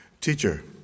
Teacher